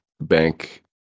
bank